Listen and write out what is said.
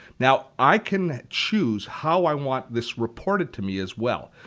now i can choose how i want this reported to me as well.